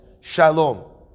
shalom